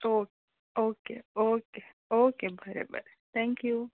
okay okay okay बरें बरें thank you